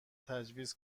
تجویز